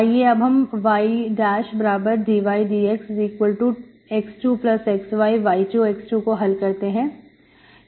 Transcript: आइए अब हम ydydxx2xyy2x2 को हल कहते हैं